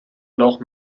noch